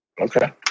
okay